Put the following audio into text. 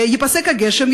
ייפסק הגשם,